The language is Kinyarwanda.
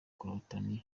catalonia